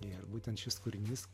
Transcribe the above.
ir būtent šis kūrinys